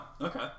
Okay